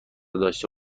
داشته